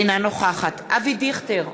אינה נוכחת אבי דיכטר,